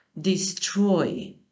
destroy